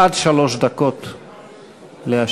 עד שלוש דקות להשיב.